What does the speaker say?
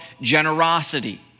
generosity